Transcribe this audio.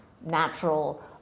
natural